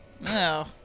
No